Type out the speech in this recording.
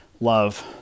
love